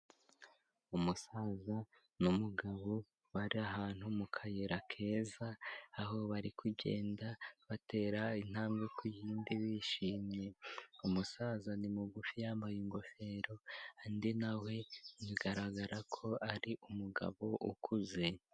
Umusaza n'umugabo bari ahantu mu kayira keza, aho bari kugenda batera intambwe ku yindi bishimye. Umusaza ni mugufi yambaye ingofero, undi na we, bigaragara ko ari umugabo ukuze.